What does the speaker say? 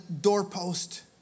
doorpost